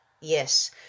yes